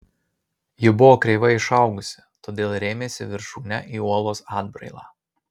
ji buvo kreivai išaugusi todėl rėmėsi viršūne į uolos atbrailą